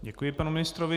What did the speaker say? Děkuji panu ministrovi.